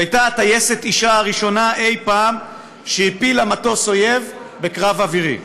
שהייתה הטייסת האישה הראשונה אי-פעם שהפילה מטוס אויב בקרב אווירי.